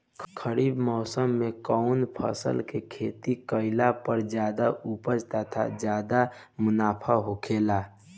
खरीफ़ मौसम में कउन फसल के खेती कइला पर ज्यादा उपज तथा ज्यादा मुनाफा होखेला?